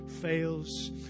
fails